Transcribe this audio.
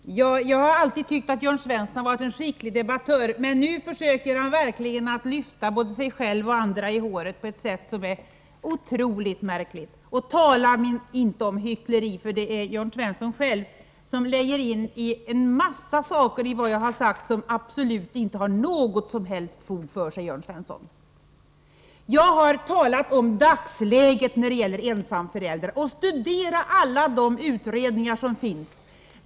Herr talman! Jag har alltid tyckt att Jörn Svensson har varit en skicklig debattör, men nu försöker han verkligen att lyfta både sig själv och andra i håret på ett sätt som är otroligt märkligt. Tala inte om hyckleri, för det är Jörn Svensson själv som lägger in en massa saker i det jag har sagt som absolut inte har något som helst fog för sig! Jag har talat om dagsläget när det gäller ensamföräldrarna. Studera alla de utredningar som finns!